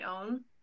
own